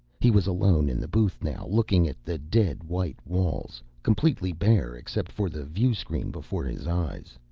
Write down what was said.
he was alone in the booth now, looking at the dead-white walls, completely bare except for the viewscreen before his eyes.